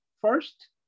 first